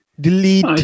Delete